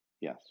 Yes